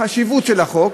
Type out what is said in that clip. החשיבות של החוק